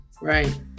Right